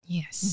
Yes